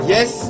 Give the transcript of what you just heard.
Yes